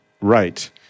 right